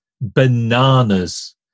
bananas